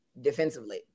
defensively